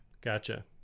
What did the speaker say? Gotcha